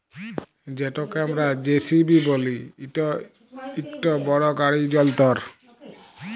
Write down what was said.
যেটকে আমরা জে.সি.বি ব্যলি ইট ইকট বড় গাড়ি যল্তর